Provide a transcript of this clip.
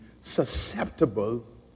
susceptible